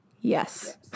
Yes